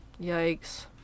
Yikes